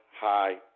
high